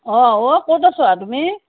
অঁ ঔ ক'ত আছা তুমি